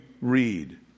read